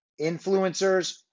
influencers